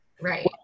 Right